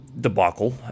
debacle